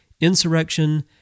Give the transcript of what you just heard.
Insurrection